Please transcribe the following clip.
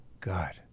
God